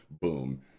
boom